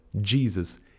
Jesus